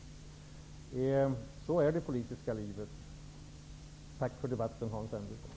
Så är det i det politiska livet. Tack för debatten, Hans Andersson!